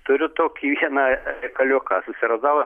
turiu tokį vieną reikaliuką susiradau